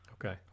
Okay